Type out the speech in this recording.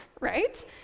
right